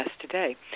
today